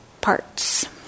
parts